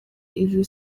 iri